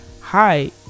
hi